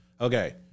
Okay